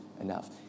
enough